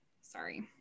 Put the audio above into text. sorry